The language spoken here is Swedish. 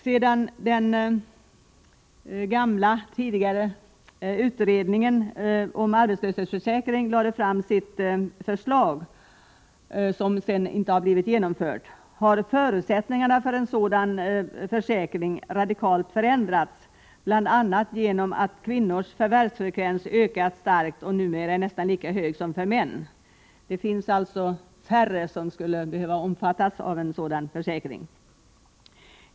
Sedan den tidigare utredningen lade fram sitt förslag om allmän arbetslöshetsersättning har förutsättningarna för en sådan försäkring radikalt förändrats, bl.a. genom att kvinnors förvärvsfrekvens ökat starkt och numera är nästan lika hög som för män. Det finns alltså färre som skulle behöva omfattas av en sådan försäkring.